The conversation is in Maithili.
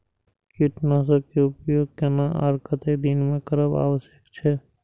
कीटनाशक के उपयोग केना आर कतेक दिन में करब आवश्यक छै?